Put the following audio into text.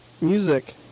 music